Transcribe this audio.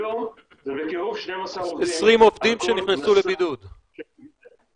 היום זה בקירוב 12 עובדים על כל נשא.